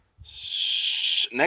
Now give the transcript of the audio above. Next